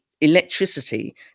electricity